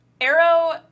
Arrow